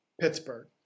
Pittsburgh